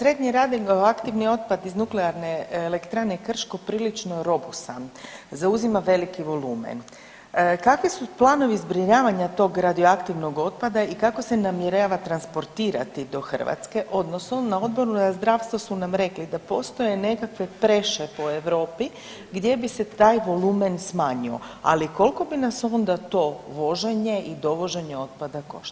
Državni tajniče, … radioaktivni otpad iz Nuklearne elektrane Krško prilično robusan zauzima veliki volumen, kakvi su planovi zbrinjavanja tog radioaktivnog otpada i kako se namjerava transportirati do Hrvatske odnosno na Odboru na zdravstvo su nam rekli da postoje nekakve preše po Europi gdje bi se taj volumen smanjio, ali koliko bi nas onda to voženje i dovoženje otpada koštalo?